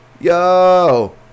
yo